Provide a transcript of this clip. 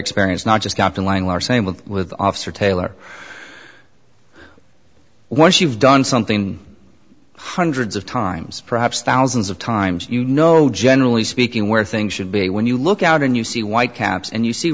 experienced not just kept in line are same with with officer taylor once you've done something hundreds of times perhaps thousands of times you know generally speaking where things should be when you look out and you see white caps and you see